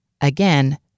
Again